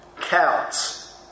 counts